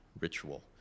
ritual